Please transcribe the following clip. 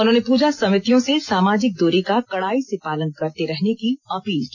उन्होंने पूजा समितियों से सामाजिक दूरी का कड़ाई से पालन करते रहने की अपील की